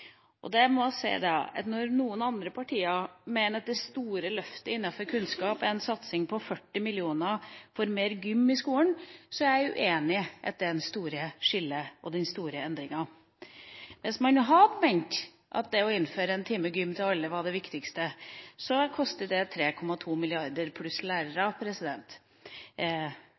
Og da må jeg si at når noen partier mener at det store løftet innenfor kunnskap er en satsing på 40 mill. kr til mer gym i skolen, er jeg uenig i at det er det store skillet og den store endringa. Hvis man nå hadde ment at det å innføre en time gym for alle var det viktigste, koster det 3,2 mrd. kr, pluss lærere.